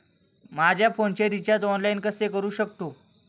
माझ्या फोनचे recharge online कसे करू शकतो?